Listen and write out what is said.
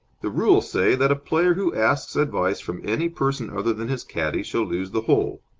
the rules say that a player who asks advice from any person other than his caddie shall lose the hole.